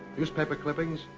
newspaper clippings,